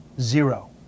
zero